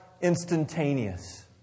instantaneous